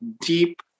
deep